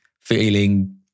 feeling